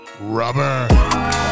Rubber